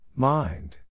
Mind